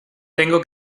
tengo